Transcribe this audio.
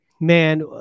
Man